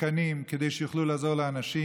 תקנים כדי שיוכלו לעזור לאנשים,